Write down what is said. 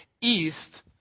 east